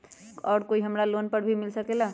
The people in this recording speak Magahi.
और का इ हमरा लोन पर भी मिल सकेला?